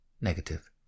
negative